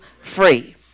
free